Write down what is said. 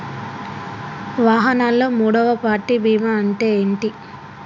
వాహనాల్లో మూడవ పార్టీ బీమా అంటే ఏంటి?